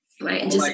right